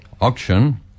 auction